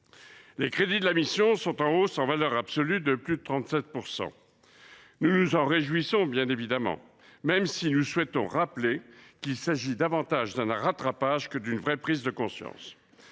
les crédits de la mission sont en hausse de plus de 37 %. Nous nous en réjouissons, bien évidemment, même si nous souhaitons rappeler qu’il s’agit davantage d’un rattrapage que d’une vraie prise de conscience.